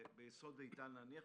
ביסוד איתן להניח,